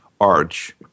arch